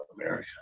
America